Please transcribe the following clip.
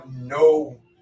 no